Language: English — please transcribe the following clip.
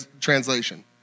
translation